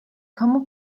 kamu